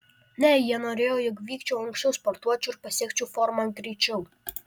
ne jie norėjo jog vykčiau anksčiau sportuočiau ir pasiekčiau formą greičiau